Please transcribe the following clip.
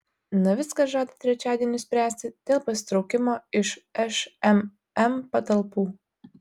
navickas žada trečiadienį spręsti dėl pasitraukimo iš šmm patalpų